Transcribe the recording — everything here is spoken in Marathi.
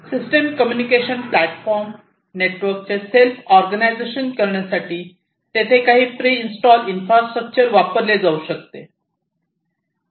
सिस्टम कम्युनिकेशन प्लॅटफॉर्म नेटवर्कचे सेल्फ ऑर्गनायझेशन करण्यासाठी तेथे काही प्रि इंस्टॉल इन्फ्रास्ट्रक्चर वापरले जाऊ शकते